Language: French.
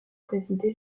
présidé